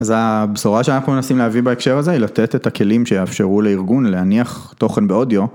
אז הבשורה שאנחנו מנסים להביא בהקשר הזה היא לתת את הכלים שיאפשרו לארגון להניח תוכן באודיו.